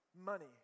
Money